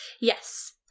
Yes